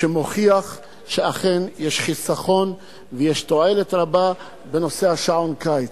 שמוכיח שאכן יש חיסכון ויש תועלת רבה בנושא שעון הקיץ.